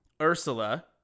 ursula